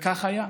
וכך היה: